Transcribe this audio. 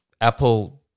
Apple